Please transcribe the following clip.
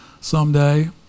someday